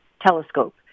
telescope